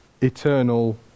eternal